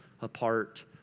apart